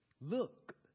Look